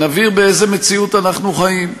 ונבהיר באיזו מציאות אנחנו חיים.